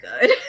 good